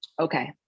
okay